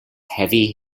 heavy